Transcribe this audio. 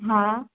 हा